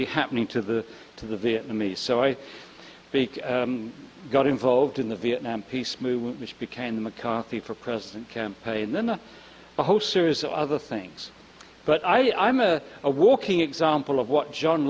be happening to the to the vietnamese so i speak got involved in the viet nam peace movement which became the mccarthy for president campaign and then a whole series of other things but i am a walking example of what john